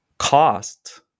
cost